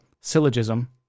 syllogism